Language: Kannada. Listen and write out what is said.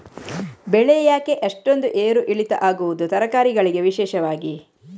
ಬೆಳೆ ಯಾಕೆ ಅಷ್ಟೊಂದು ಏರು ಇಳಿತ ಆಗುವುದು, ತರಕಾರಿ ಗಳಿಗೆ ವಿಶೇಷವಾಗಿ?